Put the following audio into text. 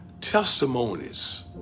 testimonies